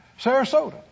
Sarasota